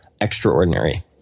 extraordinary